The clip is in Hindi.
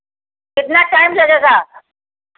कितना टाइम लगेगा